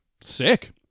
Sick